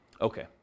Okay